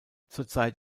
zurzeit